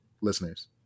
listeners